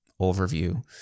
overview